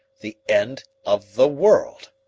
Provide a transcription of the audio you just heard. the end of the world!